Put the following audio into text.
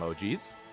emojis